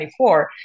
2024